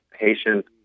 patient